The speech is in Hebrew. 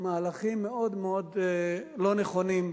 למהלכים מאוד מאוד לא נכונים,